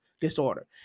disorder